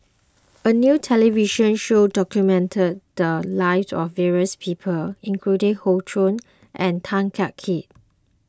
a new television show documented the lives of various people including Hoey Choo and Tan Kah Kee